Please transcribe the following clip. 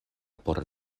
por